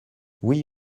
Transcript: oui